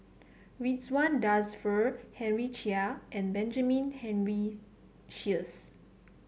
Ridzwan Dzafir Henry Chia and Benjamin Henry Sheares